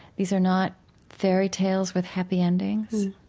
these are not fairy tales with happy endings